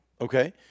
Okay